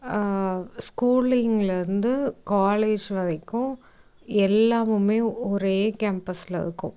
ஸ்கூலிங்லேருந்து college வரைக்கும் எல்லாமும் ஒரே கேம்பஸில் இருக்கும்